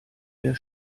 der